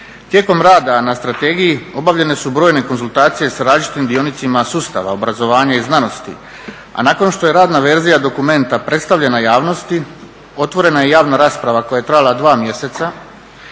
Tijekom rada na strategiji obavljene su brojne konzultacije s različitim dionicima sustava obrazovanja i znanosti, a nakon što je radna verzija dokumenta predstavljena javnosti otvorena je i javna rasprava koja je trajala dva mjeseca